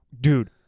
dude